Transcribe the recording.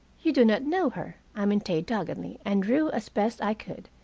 you do not know her, i maintained doggedly. and drew, as best i could,